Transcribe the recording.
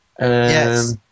Yes